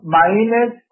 minus